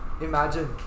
Imagine